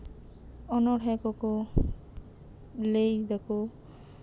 ᱚᱱᱚᱲᱦᱮᱸ ᱠᱚᱠᱚ ᱞᱟᱹᱭ ᱫᱟᱠᱚ